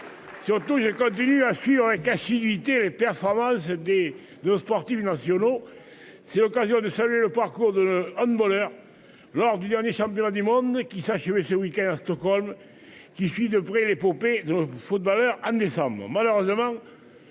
Surtout, il continue à suivre avec assiduité, les performances des 2 sportifs nationaux. C'est l'occasion de saluer le parcours de le handballeur lors du dernier championnat du monde qui s'achevait ce week-end à Stockholm. Qui suit de près l'épopée de footballeurs à décembre